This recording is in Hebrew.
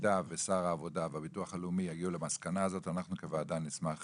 ובמידה ששר העבודה והביטוח הלאומי יגיעו למסקנה הזאת אנחנו כוועדה נשמח